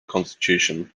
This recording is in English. constitution